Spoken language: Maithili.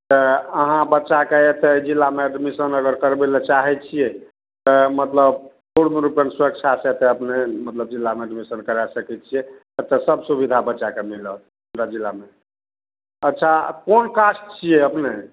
तऽ अहाँ बच्चाकेँ एतए जिलामे एडमिशन अगर करबै ले चाहै छिए तऽ मतलब पूर्णरूपेण स्वेच्छासे एतए मतलब अपनेँ जिलामे एडमिशन करै सकै छिए एतए सब सुविधा बच्चाकेँ मिलत हमरा जिलामे अच्छा कोन कास्ट छिए अपनेँ